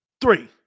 three